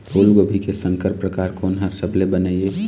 फूलगोभी के संकर परकार कोन हर सबले बने ये?